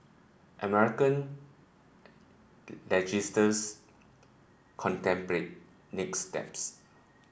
American legislators contemplate nick steps